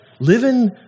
living